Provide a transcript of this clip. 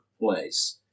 place